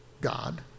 God